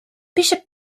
bishop